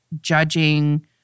judging